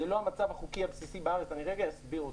זה לא המצב החוקי הבסיסי בארץ ואני אסביר אותו: